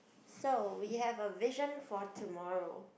so you have a vision for tomorrow